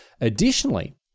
Additionally